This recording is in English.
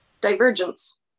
Divergence